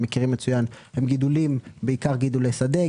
מכירים מצוין הם בעיקר גידולי שדה,